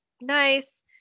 nice